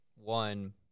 One